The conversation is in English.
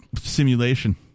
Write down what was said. simulation